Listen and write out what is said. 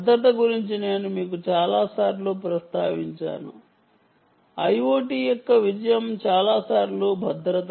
భద్రత గురించి నేను మీకు చాలాసార్లు ప్రస్తావించాను IoT యొక్క విజయం చాలా సార్లు భద్రత